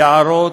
יערות,